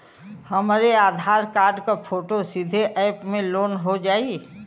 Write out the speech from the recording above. हमरे आधार कार्ड क फोटो सीधे यैप में लोनहो जाई?